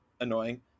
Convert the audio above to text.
annoying